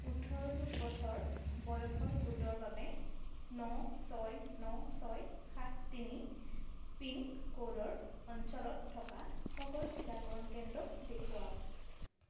ওঠৰ যোগ বছৰ বয়সৰ গোটৰ বাবে ন ছয় ন ছয় সাত তিনি পিনক'ডৰ অঞ্চলত থকা সকলো টীকাকৰণ কেন্দ্ৰ দেখুৱাওক